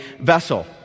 vessel